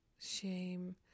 shame